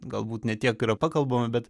galbūt ne tiek yra pakalbama bet